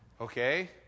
okay